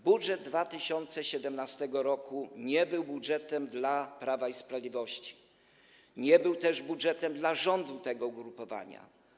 Budżet 2017 r. nie był budżetem dla Prawa i Sprawiedliwości, nie był też budżetem dla rządu tego ugrupowania.